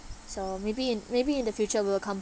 so maybe in maybe in the future we'll come